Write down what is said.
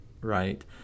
right